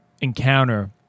encounter